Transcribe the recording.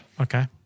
Okay